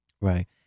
right